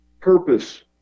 purpose